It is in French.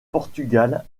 portugal